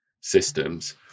systems